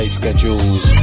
schedules